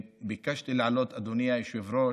ביקשתי לעלות, אדוני היושב-ראש,